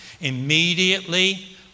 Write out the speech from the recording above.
immediately